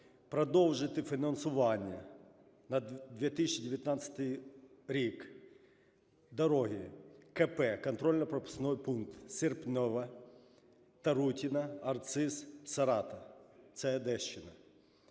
Продовжити фінансування на 2019 рік дороги КП, Контрольно-пропускний пункт, Серпневе–Тарутине–Арциз–Саратов, це Одещина.